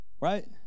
Right